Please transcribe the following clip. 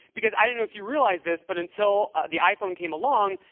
because i don't know if you realize this, but until the iphone came along,